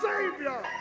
Savior